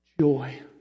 joy